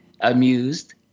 amused